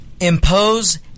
Impose